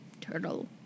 Turtle